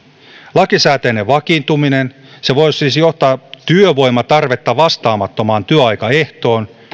lakisääteinen vakiintuminen voisi siis johtaa työvoimatarvetta vastaamattomaan työaikaehtoon